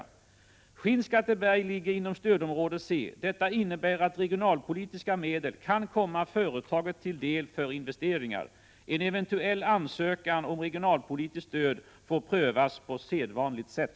Skinnskatteberg ligger inom stödområde C. Detta innebär att regionalpolitiska medel kan komma företaget till del för investeringar. En eventuell ansökan om regionalpolitiskt stöd får prövas på sedvanligt sätt.